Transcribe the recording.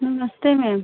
नमस्ते मैम